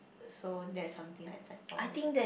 so that's something I like for myself